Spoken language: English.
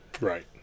Right